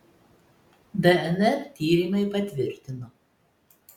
dnr tyrimai patvirtino